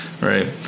right